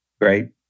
Great